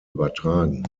übertragen